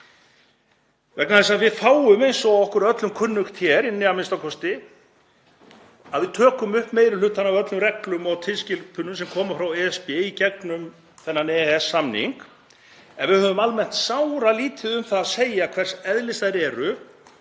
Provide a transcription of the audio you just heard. vegna þess að við tökum, eins og okkur er öllum kunnugt hér inni, upp meiri hluta af öllum reglum og tilskipunum sem koma frá ESB í gegnum þennan EES-samning. En við höfum almennt sáralítið um það að segja hvers eðlis þær eru